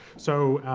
so,